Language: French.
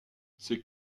ces